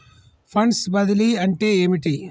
Funds బదిలీ అంటే ఏమిటి?